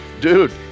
Dude